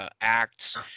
Acts